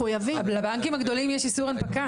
לבנקים הגדולים יש איסור הנפקה.